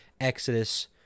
Exodus